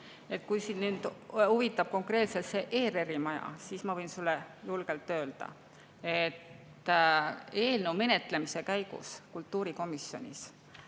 Kui sind huvitab konkreetselt ERR‑i maja, siis ma võin sulle julgelt öelda, et eelnõu menetlemise käigus kultuurikomisjonis